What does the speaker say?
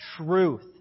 truth